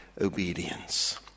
obedience